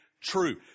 true